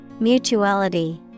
Mutuality